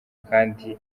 kandi